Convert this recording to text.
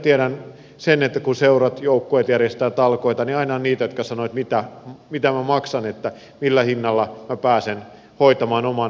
tiedän sen että kun seurat joukkueet järjestävät talkoita niin aina on niitä jotka sanovat että mitä minä maksan millä hinnalla minä pääsen hoitamaan oman osuuteni osallistumatta